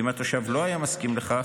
ואם התושב לא היה מסכים לכך,